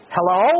Hello